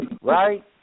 right